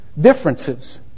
differences